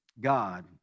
God